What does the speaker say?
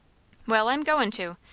well i'm goin' to.